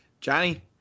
Johnny